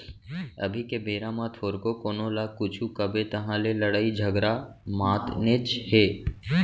अभी के बेरा म थोरको कोनो ल कुछु कबे तहाँ ले लड़ई झगरा मातनेच हे